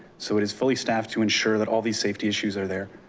so it is fully staffed to ensure that all these safety issues are there.